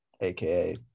aka